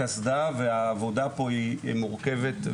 קסדה והעבודה פה היא מורכבת,